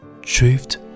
drift